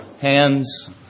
hands